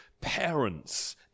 parents